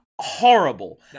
horrible